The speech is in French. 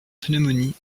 pneumonie